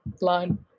line